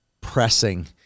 pressing